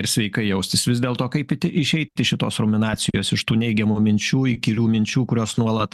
ir sveikai jaustis vis dėlto kaip įti išeit iš šitos ruminacijos iš tų neigiamų minčių įkyrių minčių kurios nuolat